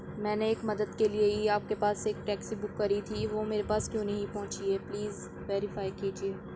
میں نے ایک مدد کے لئے ہی آپ کے پاس سے ایک ٹیکسی بک کری تھی وہ میرے پاس کیوں نہیں پہونچی ہے پلیز ویریفائی کیجئے